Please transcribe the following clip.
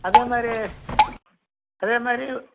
அதேமாதிரி அதேமாதிரி